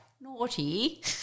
naughty